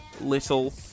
little